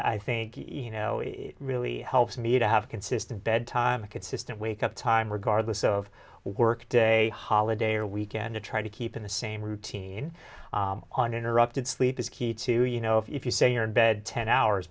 i think you know it really helps me to have a consistent bedtime a consistent wake up time regardless of work day holiday or weekend to try to keep in the same routine on interrupted sleep is key to you know if you say you're in bed ten hours